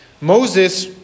Moses